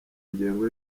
ngengo